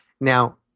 now